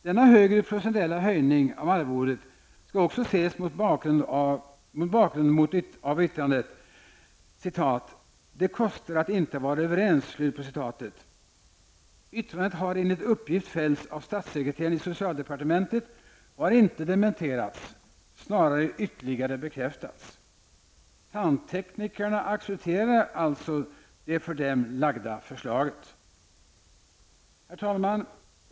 Denna högre procentuella höjning av arvodet skall också ses mot bakgrund av yttrandet: ''Det kostar att inte vara överens.'' Yttrandet har enligt uppgift fällts av statssekreteraren i socialdepartementet och har inte dementerats, snarare ytterligare bekräftats. Herr talman!